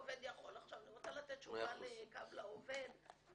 אני רוצה לתת תשובה לקו לעובד.